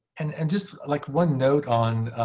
and and just like one note on